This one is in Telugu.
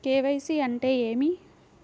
కే.వై.సి అంటే ఏమి?